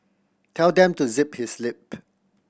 tell them to zip his lip